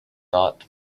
thought